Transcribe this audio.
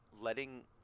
letting